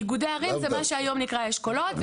איגודי ערים זה מה שהיום נקרא אשכולות.